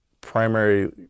primary